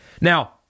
Now